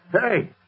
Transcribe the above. Hey